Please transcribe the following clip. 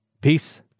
Peace